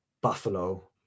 buffalo